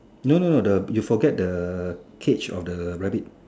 no no no the you forgot the cage of the rabbit